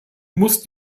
muss